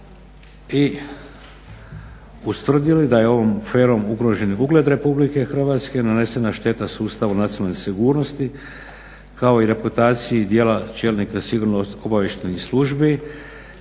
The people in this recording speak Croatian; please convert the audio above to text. i ustvrdili da je ovo aferom ugrožen ugled RH, nanesena šteta sustavu nacionalne sigurnosti kao i reputaciji dijela čelnika sigurnosno-obavještajnih službi